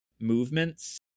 movements